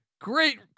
great